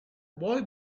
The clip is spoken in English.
boy